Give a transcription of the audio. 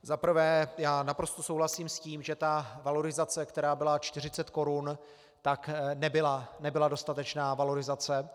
Za prvé já naprosto souhlasím s tím, že ta valorizace, která byla 40 korun, nebyla dostatečná valorizace.